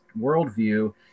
worldview